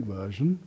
version